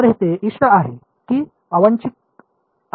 तर ते इष्ट आहे की अवांछित आहे